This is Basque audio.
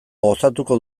gozatuko